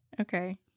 Okay